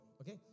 Okay